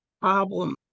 problem